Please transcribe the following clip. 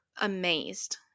amazed